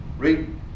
read